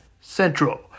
Central